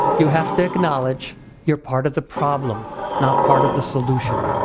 you have to acknowledge you're part of the problem not part of the solution.